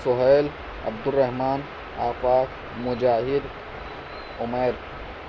Sohail Abdur Rahman Afaq Mujahid Umair